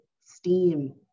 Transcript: STEAM